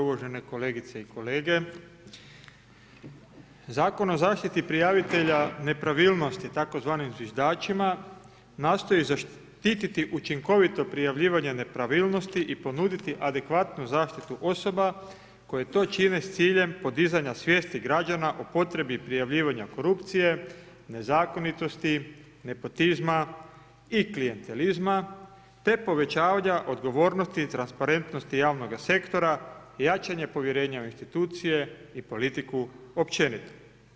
Uvažene kolegice i kolege, Zakon o zaštiti prijavitelja nepravilnosti tzv. zviždačima, nastoji zaštititi učinkovito prijavljivanje nepravilnosti i ponuditi adekvatnu zaštitu osoba koje to čine s ciljem podizanja svijesti građana o potrebi prijavljivanja korupcije, nezakonitosti, nepotizma i klijentelizma te povećava odgovornosti i transparentnosti javnoga sektora, jačanje povjerenja u institucije i politiku općenito.